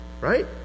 Right